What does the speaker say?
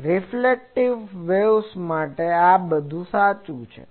બધી spherical waves માટે સાચું છે